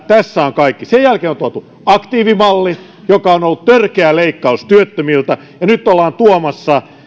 tässä on kaikki sen jälkeen on tuotu aktiivimalli joka on ollut törkeä leikkaus työttömiltä ja nyt ollaan tuomassa